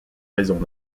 raisons